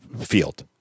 field